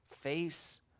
face